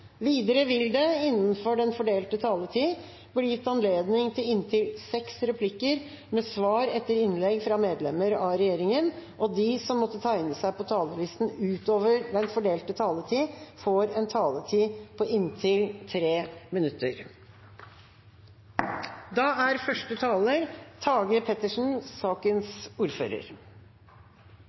Videre vil det – innenfor den fordelte taletid – bli gitt anledning til inntil seks replikker med svar etter innlegg fra medlemmer av regjeringen, og de som måtte tegne seg på talerlisten utover den fordelte taletid, får en taletid på inntil 3 minutter.